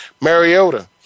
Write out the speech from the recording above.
Mariota